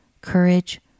courage